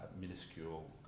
minuscule